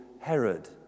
Herod